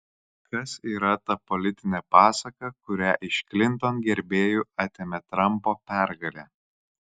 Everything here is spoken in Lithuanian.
kas yra ta politinė pasaka kurią iš klinton gerbėjų atėmė trampo pergalė